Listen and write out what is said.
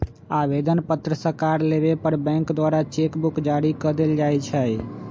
आवेदन पत्र सकार लेबय पर बैंक द्वारा चेक बुक जारी कऽ देल जाइ छइ